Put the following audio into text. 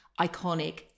iconic